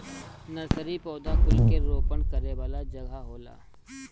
nursery पौधा कुल के रोपण करे वाला जगह होला